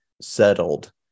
settled